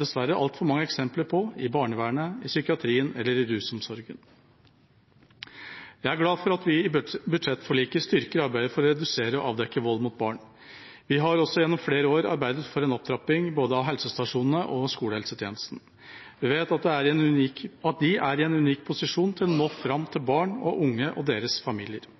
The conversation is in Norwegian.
dessverre altfor mange eksempler på i barnevernet, i psykiatrien og i rusomsorgen. Jeg er glad for at vi i budsjettforliket styrker arbeidet for å redusere og avdekke vold mot barn. Vi har også gjennom flere år arbeidet for en opptrapping både av helsestasjonene og skolehelsetjenesten. Vi vet at de er i en unik posisjon til å nå fram til barn og unge og deres familier.